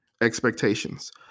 expectations